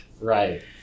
Right